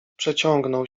przeciągnął